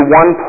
one